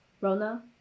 Rona